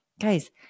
Guys